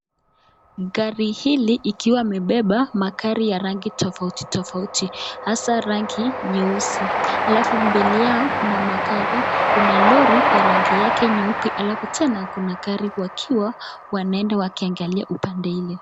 Gari hili ikiwa imebeba magari ya rangi tofauti tofauti hasa rangi nyeusi. Alafu mbele yao kuna magari, kuna lori ya rangi yake nyeupe alafu tena kuna gari wakiwa wanaenda wakiangalia upande hiyo.